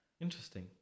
Interesting